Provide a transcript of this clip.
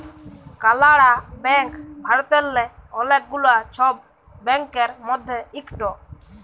কালাড়া ব্যাংক ভারতেল্লে অলেক গুলা ছব ব্যাংকের মধ্যে ইকট